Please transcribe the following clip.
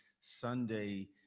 sunday